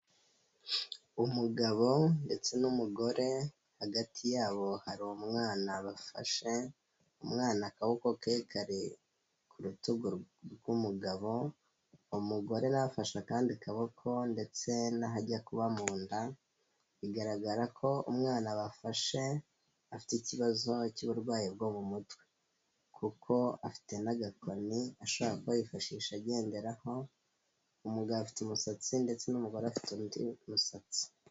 Umugabo ndetse n'umugore hagati yabo hari umwana bafashe, umwana akaboko ke kari ku rutugu rw'umugabo, umugore nawe afashe akandi kaboko ndetse n'ahajya kuba mu nda, bigaragara ko umwana bafashe afite ikibazo cy'uburwayi bwo mu mutwe, kuko afite n'agakoni ashobora kuba yifashisha agenderaho, umugabo afite umusatsi ndetse n'umugore afite undi musatsi.